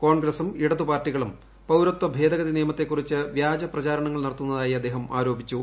കോൺഗ്രസും ഇടത് പാർട്ടികളും പൌരത്വ ഭേദഗതി നിയമത്തെക്കുറിച്ച് വ്യാജപ്രചാരണങ്ങൾ നടത്തുന്നതായി അദ്ദേഹം ആരോപിച്ചു